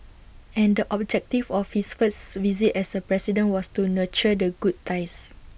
and the objective of his first visit as A president was to nurture the good ties